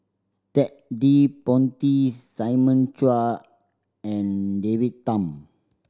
Ted De Ponti Simon Chua and David Tham